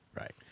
right